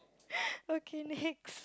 okay next